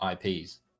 IPs